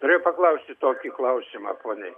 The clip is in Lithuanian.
norėjau paklausti tokį klausimą poniai